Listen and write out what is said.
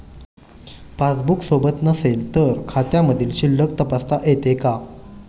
Passbook सोबत नसेल तर खात्यामधील शिल्लक तपासता येते का?